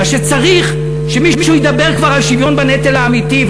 מפני שצריך שמישהו ידבר כבר על השוויון האמיתי בנטל,